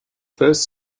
first